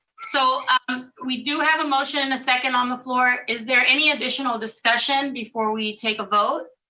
so we do have a motion and a second on the floor. is there any additional discussion before we take a vote?